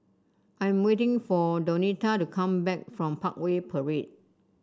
I'm waiting for Donita to come back from Parkway Parade